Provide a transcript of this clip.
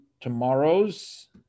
tomorrow's